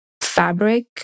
fabric